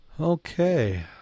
Okay